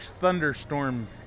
thunderstorm